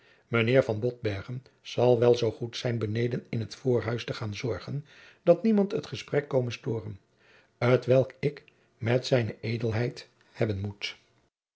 mijnheer van botbergen zal wel zoo goed zijn beneden in het voorhuis te gaan zorgen dat niemand het gesprek kome stooren t welk ik met zijne edelheid hebben moet